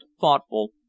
thoughtful